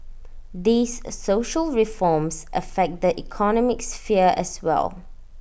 these social reforms affect the economic sphere as well